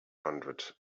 hundred